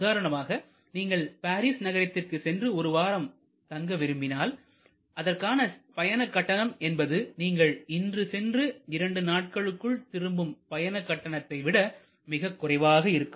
உதாரணமாக நீங்கள் பாரீஸ் நகரத்திற்கு சென்று ஒரு வாரம் தங்கி திரும்பினால் அதற்கான பயண கட்டணம் என்பது நீங்கள் இன்று சென்று இரண்டு நாட்களுக்குள் திரும்பும் பயண கட்டணத்தை விட மிகக் குறைவாக இருக்கும்